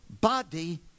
body